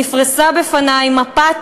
נפרסה בפני מפת